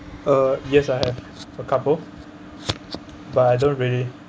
uh yes I had a couple but I don't really